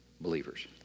believers